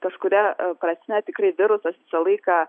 kažkuria prasme tikrai virusas visą laiką